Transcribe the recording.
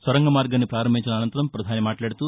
సొరంగ మార్గాన్ని పారంభించిన అసంతరం ప్రధాని మాట్లాడుతూ